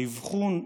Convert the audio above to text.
האבחון,